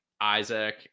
isaac